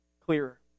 clearer